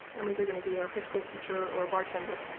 i'm either going to be high school teacher or bartender,